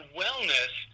wellness